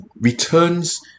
returns